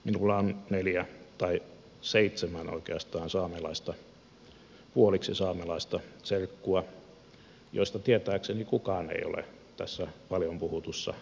minulla on oikeastaan seitsemän puoliksi saamelaista serkkua joista tietääkseni kukaan ei ole tässä paljon puhutussa vaaliluettelossa